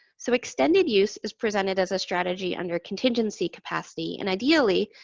so, extended use is presented as a strategy under contingency capacity, and ideally,